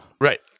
Right